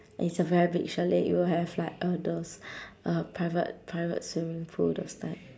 it's a very big chalet it will have like all those uh private private swimming pool those type